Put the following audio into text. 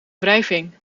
wrijving